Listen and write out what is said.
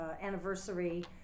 anniversary